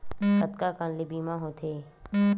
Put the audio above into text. कतका कन ले बीमा होथे?